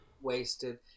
Wasted